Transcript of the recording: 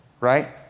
right